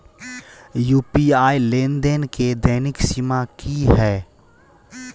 UPI लेनदेन केँ दैनिक सीमा की है?